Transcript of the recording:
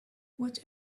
what